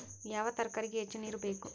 ಯಾವ ತರಕಾರಿಗೆ ಹೆಚ್ಚು ನೇರು ಬೇಕು?